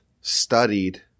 studied